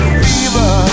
fever